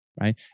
Right